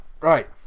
Right